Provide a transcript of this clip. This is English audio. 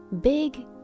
big